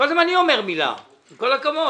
קודם אני אומר מילה עם כל הכבוד.